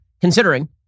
considering